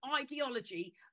ideology